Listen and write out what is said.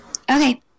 Okay